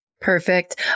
Perfect